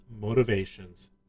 motivations